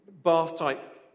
Bath-type